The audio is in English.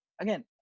again